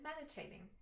meditating